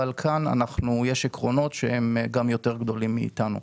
כאן יש עקרונות שהם יותר גדולים מאתנו.